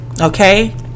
Okay